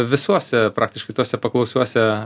visuose praktiškai tuose paklausiuose